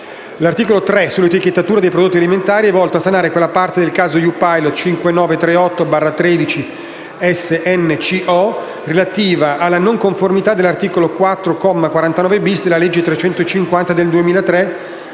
L'articolo 3, sull'etichettatura dei prodotti alimentari, è volto a sanare quella parte del caso EU Pilot 5938/13/SNCO relativa alla non conformità dell'articolo 4, comma 49-*bis*, della legge n. 350 del 2003,